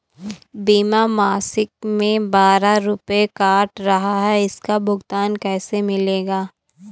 बीमा मासिक में बारह रुपय काट रहा है इसका भुगतान कैसे मिलेगा?